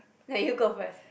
nah you go first